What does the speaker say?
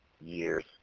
years